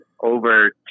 over